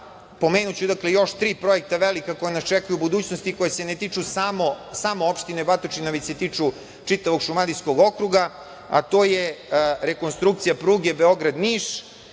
pomenuću još tri projekta velika koja nas čekaju u budućnosti i koja se ne tiču samo opštine Batočina već se tiču čitavog Šumadijskog okruga, a to je rekonstrukcija pruge Beograd – Niš,